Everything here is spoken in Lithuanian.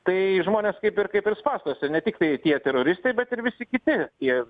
tai žmonės kaip ir kaip ir spąstuose ne tiktai tie teroristai bet ir visi kiti ir